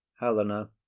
helena